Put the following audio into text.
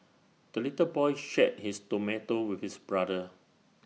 the little boy shared his tomato with his brother